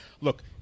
Look